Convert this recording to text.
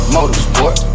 Motorsport